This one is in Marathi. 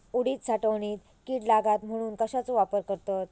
उडीद साठवणीत कीड लागात म्हणून कश्याचो वापर करतत?